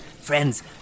friends